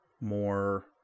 more